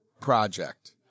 project